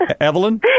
Evelyn